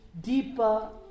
deeper